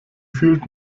fühlt